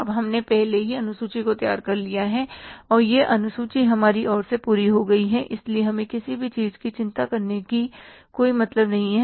अब हमने पहले ही अनुसूची को तैयार कर लिया है और यह अनुसूची हमारी ओर से पूरी हो गई है इसलिए हमें किसी भी चीज की चिंता करने का कोई मतलब नहीं है